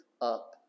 up